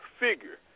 figure